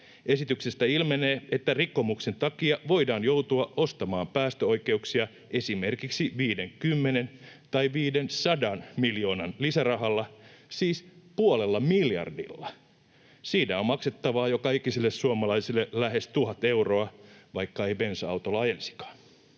Esityksestä ilmenee, että rikkomuksen takia voidaan joutua ostamaan päästöoikeuksia esimerkiksi 50 miljoonan tai 500 miljoonan lisärahalla, siis puolella miljardilla. Siinä on maksettavaa joka ikiselle suomalaiselle lähes 1 000 euroa, vaikka ei bensa-autolla ajelisikaan.